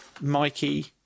Mikey